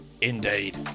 indeed